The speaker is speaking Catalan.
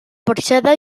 porxada